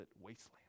wasteland